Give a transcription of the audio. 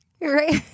Right